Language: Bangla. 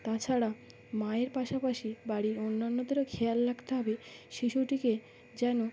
তাছাড়া মায়ের পাশাপাশি বাড়ির অন্যান্যদেরও খেয়াল রাখতে হবে শিশুটিকে যেন